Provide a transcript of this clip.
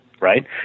Right